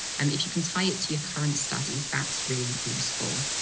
i mean if you can tie it to your current studies, that's really useful.